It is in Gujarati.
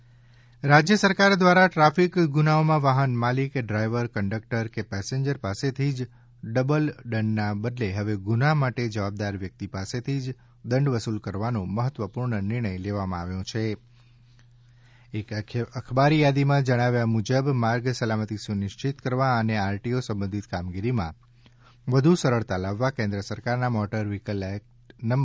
ટ્રાફિક રાજ્ય સરકાર દ્વારા ટ્રાફિક ગુન્હાઓમાં વાહન માલિક ડ્રાઈવરકન્ડક્ટર કે પેસેન્જર પાસેથી જ ડબલ દંડના બદલે હવે ગુન્હા માટે જવાબદાર વ્યક્તિ પાસેથી જ દંડ વસુલ કરવાનો મહત્વપૂર્ણ નિર્ણય લેવામાં આવ્યો છે યાદીમાં વધુમાં જણાવ્યાનુંસાર માર્ગ સલામતી સુનિશ્ચિત કરવા અને આરટીઓ સંબંધિત કામગીરીમાં વધુ સરળતા લાવવા કેન્દ્ર સરકારના મોટર વ્હીકલ્સ એક્ટ નં